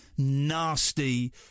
Nasty